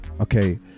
okay